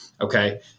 Okay